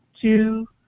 two